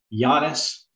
Giannis